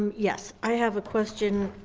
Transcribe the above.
yes, i have a question,